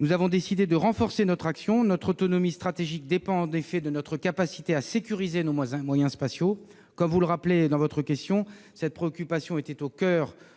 nous avons décidé de renforcer notre action. Notre autonomie stratégique dépend en effet de notre capacité à sécuriser nos moyens spatiaux. Comme vous l'avez rappelé dans votre question, cette préoccupation était au coeur de la loi